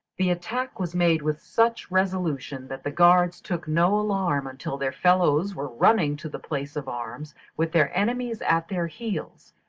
the attack was made with such resolution, that the guards took no alarm until their fellows were running to the place of arms, with their enemies at their heels,